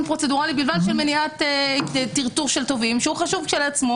פרוצדורלי בלבד של מניעת טרטור של תובעים שחשוב כשלעצמו,